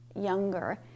younger